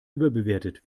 überbewertet